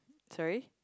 sorry